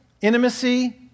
intimacy